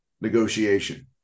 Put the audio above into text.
negotiation